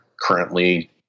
currently